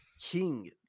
king